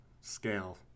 scale